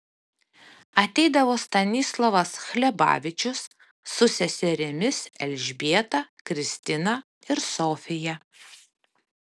ateidavo stanislovas hlebavičius su seserimis elžbieta kristina ir sofija